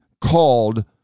called